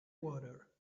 water